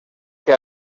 que